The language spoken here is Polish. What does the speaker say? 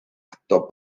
kto